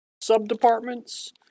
sub-departments